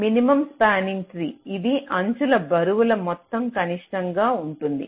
minimum spanning tree ఇది అంచుల బరువులు మొత్తం కనిష్టంగా ఉంటుంది